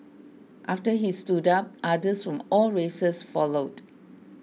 after he stood up others from all races followed